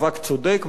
מאבק ראוי,